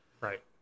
Right